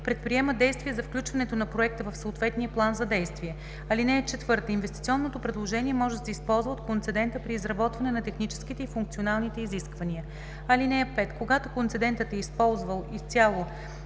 предприема действия за включването на проекта в съответния план за действие. (4) Инвестиционното предложение може да се използва от концедента при изработване на техническите и функционалните изисквания. (5) Когато концедентът е използвал изцяло